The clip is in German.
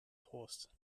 trost